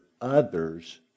others